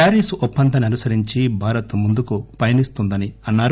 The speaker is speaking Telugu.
ప్యారిస్ ఒప్పందాన్ని అనుసరించి భారత్ ముందుకు పయనిస్తోందని అన్నారు